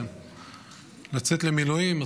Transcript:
ולצאת למילואים,